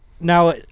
now